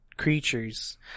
creatures